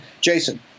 Jason